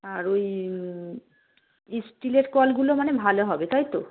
আর ওই স্টিলের কলগুলো মানে ভালো হবে তাই তো